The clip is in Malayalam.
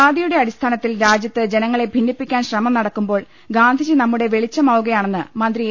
ജാതിയുടെ അടിസ്ഥാനത്തിൽ രാജൃത്ത് ജനങ്ങളെ ഭിന്നിപ്പിക്കാൻ ശ്രമം നടക്കുമ്പോൾ ഗാന്ധിജി നമ്മുടെ വെളിച്ചമാവുകയാണെന്ന് മന്ത്രി എ